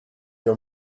your